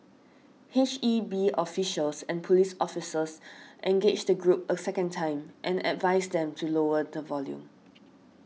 H E B officials and police officers engaged the group a second time and advised them to lower the volume